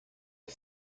que